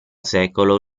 secolo